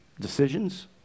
decisions